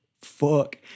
fuck